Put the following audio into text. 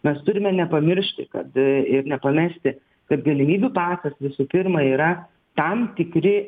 mes turime nepamiršti kad ir nepamesti kad galimybių pasas visų pirma yra tam tikri